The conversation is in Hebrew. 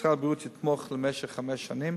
משרד הבריאות יתמוך במשך חמש שנים,